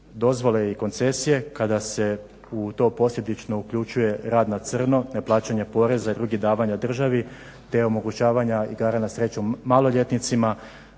dozvole i koncesije kada se u to posljedično uključuje rad na crno, neplaćanje poreza i drugih davanja državi te omogućavanja igara na sreću maloljetnicima.